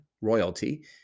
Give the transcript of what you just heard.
royalty